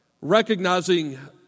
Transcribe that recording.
recognizing